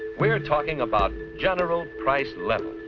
we're talking about general price level.